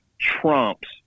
trumps